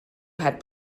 had